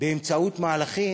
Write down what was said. באמצעות מהלכים,